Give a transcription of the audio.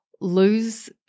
lose